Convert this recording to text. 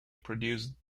produced